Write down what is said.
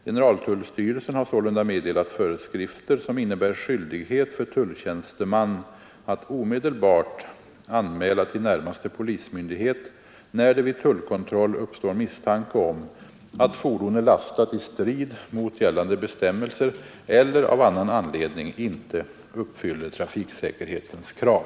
Generaltullstyrelsen har sålunda meddelat föreskrifter som innebär skyldighet för tulltjänsteman att omedelbart anmäla till närmaste polismyndighet när det vid tullkontroll uppstår misstanke om att fordon är lastat i strid mot gällande bestämmelser eller av annan anledning inte uppfyller trafiksäkerhetens krav.